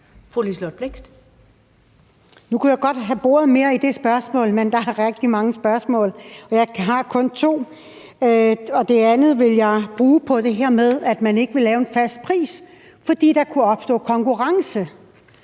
Nu kunne jeg godt have boret mere i det spørgsmål, men der er rigtig mange spørgsmål, og jeg har kun to. Det andet vil jeg bruge på det her med, at man ikke vil lave en fast pris, fordi der skal kunne opstå konkurrence.